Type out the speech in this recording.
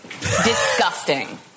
Disgusting